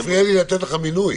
אתה מפריע לי לתת לך מינוי.